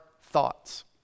thoughts